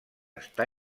està